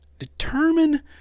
determine